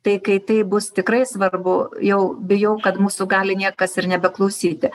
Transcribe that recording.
tai kai tai bus tikrai svarbu jau bijau kad mūsų gali niekas ir nebeklausyti